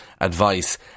advice